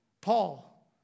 Paul